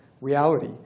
reality